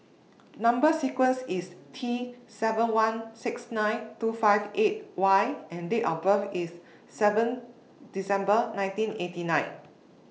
Number sequence IS T seven one six nine two five eight Y and Date of birth IS seven December nineteen eighty nine